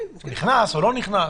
נכנס או לא נכנס.